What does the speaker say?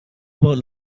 about